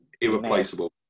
Irreplaceable